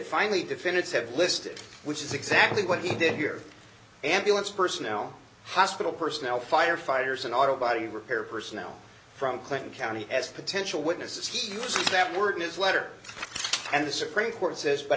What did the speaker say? finally definitive list which is exactly what he did here ambulance personnel hospital personnel firefighters and auto body repair personnel from clinton county as potential witnesses he used that word in his letter and the supreme court says but